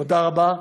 תודה רבה.